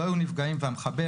לא היו נפגעים והמחבל,